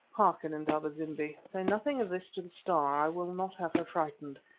hearken, indaba-zimbi say nothing of this to the star i will not have her frightened.